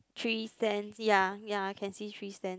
three stands ya ya I can see three stands